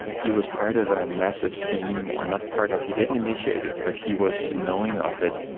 he was part of a massive scheme, or not part of, he didn't initiate it but he was knowing of it,